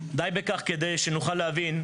די בכך כדי שנוכל להבין,